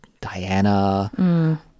Diana